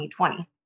2020